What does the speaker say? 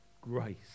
grace